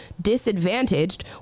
disadvantaged